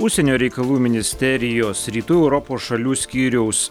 užsienio reikalų ministerijos rytų europos šalių skyriaus